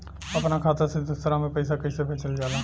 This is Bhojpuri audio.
अपना खाता से दूसरा में पैसा कईसे भेजल जाला?